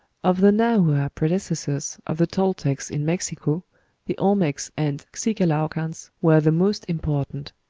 of the nahua predecessors of the toltecs in mexico the olmecs and xicalaucans were the most important.